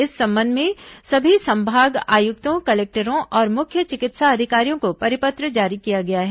इस संबंध में सभी संभाग आयुक्तों कलेक्टरों और मुख्य चिकित्सा अधिकारियों को परिपत्र जारी किया गया है